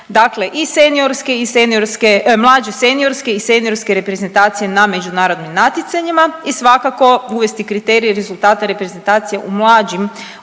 seniorske mlađe seniorske i seniorske reprezentacije na međunarodnim natjecanjima i svakako uvesti kriterije i rezultate reprezentacije u mlađim uzrasnim